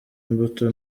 imbuto